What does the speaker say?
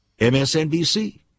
MSNBC